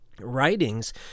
Writings